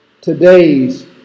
today's